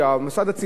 בתוך 30 יום,